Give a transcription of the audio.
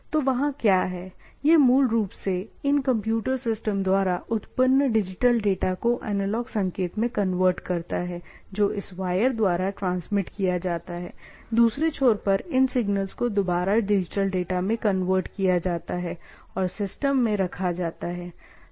तो वहाँ क्या है यह मूल रूप से इन कंप्यूटर सिस्टम द्वारा उत्पन्न डिजिटल डेटा को एनालॉग संकेत में कन्वर्ट करता है जो इस वायर द्वारा ट्रांसमिट किया जाता है दूसरे छोर पर इन सिगनल्स को दोबारा डिजिटल डेटा में कन्वर्ट किया जाता है और सिस्टम में रखा जाता है